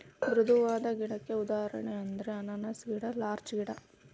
ಮೃದುವಾದ ಗಿಡಕ್ಕ ಉದಾಹರಣೆ ಅಂದ್ರ ಅನಾನಸ್ ಗಿಡಾ ಲಾರ್ಚ ಗಿಡಾ